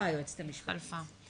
היועצת המשפטית התחלפה.